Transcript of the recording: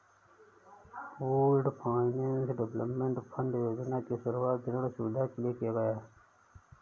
pooled finance development fund योजना की शुरूआत ऋण सुविधा के लिए किया गया है